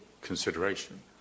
consideration